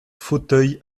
fauteuil